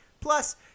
Plus